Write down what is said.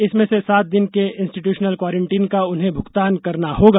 इसमें से सात दिन के इंस्टीट्यूशनल क्वारंटीन का उन्हें भुगतान करना होगा